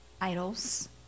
idols